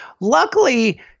Luckily